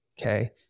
Okay